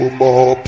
more